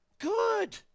Good